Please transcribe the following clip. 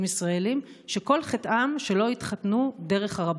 ישראלים שכל חטאם שלא התחתנו דרך הרבנות.